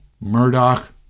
Murdoch